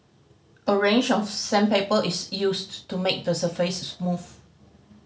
a range of sandpaper is used to make the surface smooth